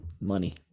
money